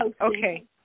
Okay